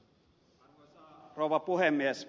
arvoisa rouva puhemies